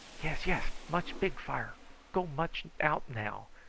yes, yes, much big fire go much out now.